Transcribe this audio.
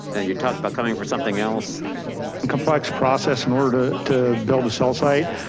and you talked about coming for something else and complex process in order to build a cell site.